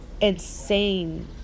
insane